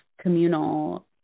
communal